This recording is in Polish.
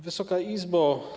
Wysoka Izbo!